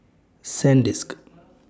Sandisk